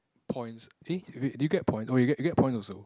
points eh wait do you get points oh you get you get points also